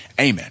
amen